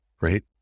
right